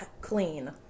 clean